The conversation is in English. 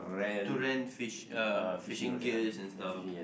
to rent fish uh fishing gears and stuff